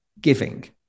giving